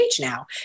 Now